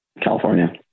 California